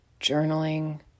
journaling